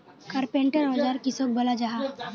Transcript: Carpenter औजार किसोक बोलो जाहा?